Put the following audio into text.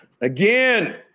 again